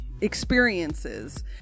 experiences